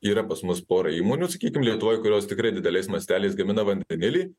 yra pas mus pora įmonių sakykim lietuvoj kurios tikrai dideliais masteliais gamina vandenilį